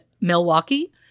Milwaukee